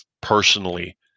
personally